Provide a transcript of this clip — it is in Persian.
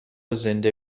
زنده